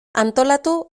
antolatu